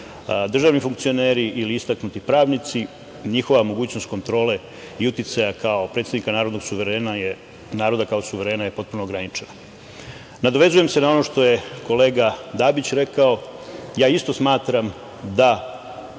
državni funkcioneri ili istaknuti pravnici njihova mogućnost kontrole i uticaja kao predsednika narodnog suverena, naroda kao suverena je potpuno ograničena. Nadovezujem se na ono što je kolega Dabić rekao. Isto smatram da